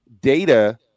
data